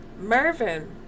Mervin